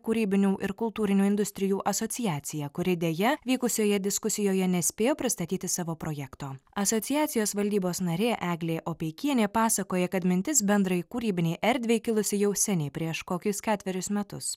kūrybinių ir kultūrinių industrijų asociacija kuri deja vykusioje diskusijoje nespėjo pristatyti savo projekto asociacijos valdybos narė eglė opeikienė pasakoja kad mintis bendrai kūrybinei erdvei kilusi jau seniai prieš kokis ketverius metus